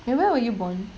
eh where were you born